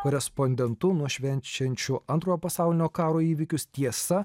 korespondentu nuo švenčiančių antrojo pasaulinio karo įvykius tiesa